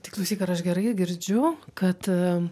tai klausyk ar aš gerai girdžiu kad